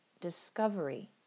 discovery